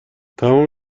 تمام